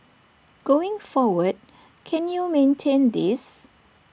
going forward can you maintain this